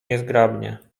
niezgrabnie